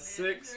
six